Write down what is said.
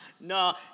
no